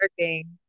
working